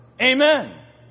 Amen